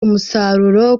umusaruro